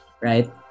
right